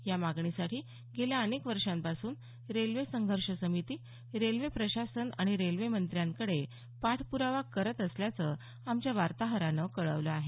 या मागणीसाठी गेल्या अनेक वर्षांपासून रेल्वे संघर्ष समिती रेल्वे प्रशासन आणि रेल्वे मंत्र्यांकडे पाठप्रावा करत असल्याचं आमच्या वार्ताहरानं कळवलं आहे